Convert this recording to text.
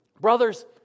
Brothers